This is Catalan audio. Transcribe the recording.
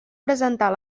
presentar